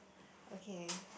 okay